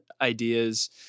ideas